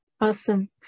Awesome